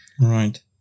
Right